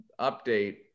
update